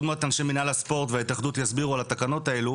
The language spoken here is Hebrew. עוד מעט אנשי מינהל הספורט וההתאחדות יסבירו על התקנות האלו,